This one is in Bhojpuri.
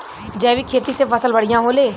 जैविक खेती से फसल बढ़िया होले